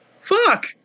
Fuck